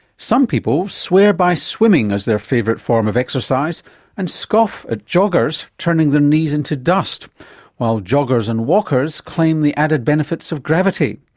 some people swear by swimming as their favourite form of exercise and scoff at joggers turning their knees into dust while joggers and walkers claim the added benefits of gravity.